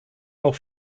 auch